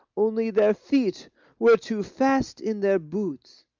only their feet were too fast in their boots,